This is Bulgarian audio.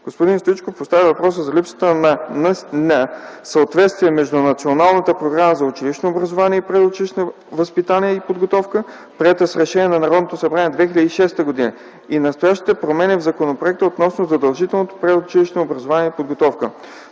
Господин Стоичков постави въпроса за липсата на съответствие между Националната програма за училищното образование и предучилищното възпитание и подготовка, приета с Решение на Народното събрание – 2006 г., и настоящите промени в законопроекта, относно задължителното предучилищно образование и подготовка.